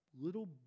little